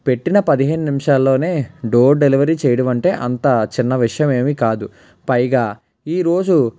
పెట్టిన పదిహేను నిమిషాల్లోనే డోర్ డెలివరీ చేయడం అంటే అంత చిన్న విషయం ఏమీ కాదు పైగా ఈరోజు